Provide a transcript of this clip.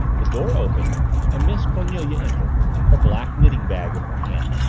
the door opened and miss cornelia entered, her black knitting-bag in her hand,